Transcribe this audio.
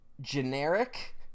generic